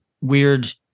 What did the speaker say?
weird